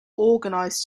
organized